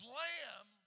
lamb